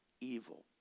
evil